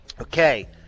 Okay